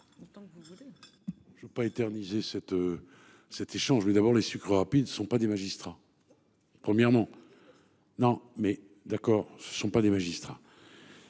Je ne veux pas éternisée cet. Cet échange mais d'abord les sucres rapides ne sont pas des magistrats. Premièrement. Non mais d'accord, ce ne sont pas des magistrats.